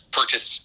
purchase